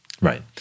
Right